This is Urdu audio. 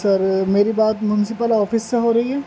سر میری بات مونسپل آفس سے ہو رہی ہے